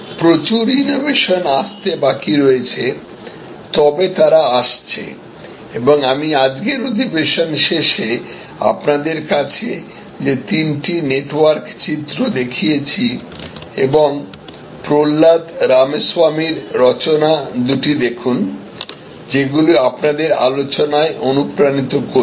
প্রচুর ইনোভেশন আসতে বাকি রয়েছে তবে তারা আসছে এবং আমি আজকের অধিবেশন শেষে আপনাদের কাছে যে তিনটি নেটওয়ার্ক চিত্র দেখিয়েছি এবং প্রহ্লাদ রামস্বামীর রচনা দুটি দেখুন যেগুলি আপনাদের আলোচনায় অনুপ্রাণিত করবে